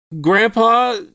Grandpa